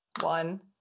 One